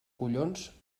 collons